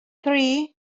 three